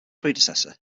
predecessor